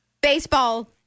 baseball